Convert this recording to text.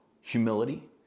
humility